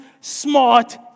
smart